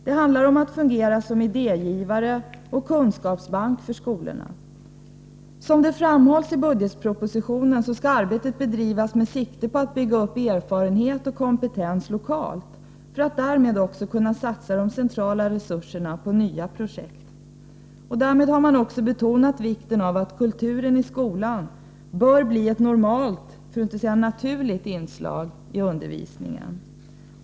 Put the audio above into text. Det handlar om att fungera som idégivare till och kunskapsbank för skolorna. Som det framhålls i budgetpropositionen skall arbetet bedrivas med sikte på att bygga upp erfarenhet och kompetens lokalt, för att de centrala resurserna skall kunna satsas på nya projekt. Därmed har man också betonat vikten av att kulturen i skolan blir ett normalt — för att inte säga naturligt — inslag i undervisningen.